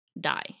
die